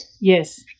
Yes